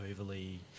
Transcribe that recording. overly